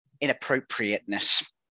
inappropriateness